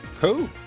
Cool